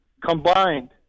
combined